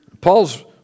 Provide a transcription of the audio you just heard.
Paul's